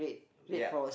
ya